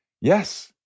Yes